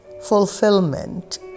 fulfillment